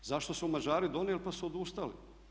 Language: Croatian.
Zašto su Mađari donijeli pa su odustali?